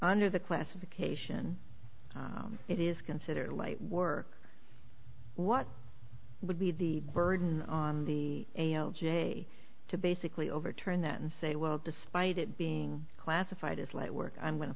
under the classification it is considered light work what would be the burden on the a j to basically overturn that and say well despite it being classified as light work i'm going to